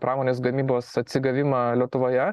pramonės gamybos atsigavimą lietuvoje